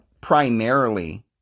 primarily